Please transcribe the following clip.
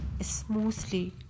smoothly